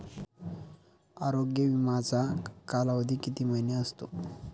आरोग्य विमाचा कालावधी किती महिने असतो?